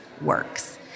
works